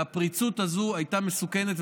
והפריצות הזו הייתה מסוכנת,